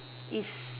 is